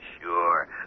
Sure